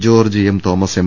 George M Thomas M